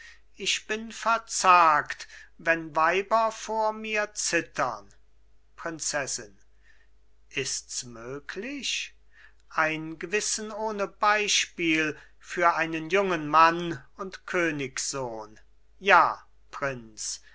ich bin verzagt wenn weiber vor mir zittern prinzessin ists möglich ein gewissen ohne beispiel für einen jungen mann und königssohn ja prinz